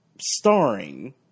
starring